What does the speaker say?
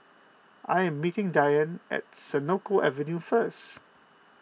I am meeting Dianne at Senoko Avenue first